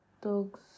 dogs